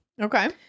okay